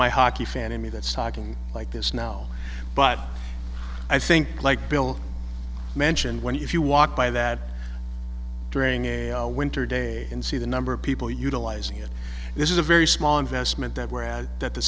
my hockey fan in me that's talking like this now but i think like bill mentioned when you walk by that being a all winter day and see the number of people utilizing it this is a very small investment that whereas that the